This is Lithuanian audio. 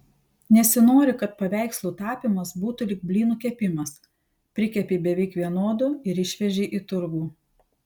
nesinori kad paveikslų tapymas būtų lyg blynų kepimas prikepei beveik vienodų ir išvežei į turgų